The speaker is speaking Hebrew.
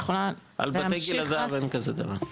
על בתי גיל הזהב אין כזה דבר.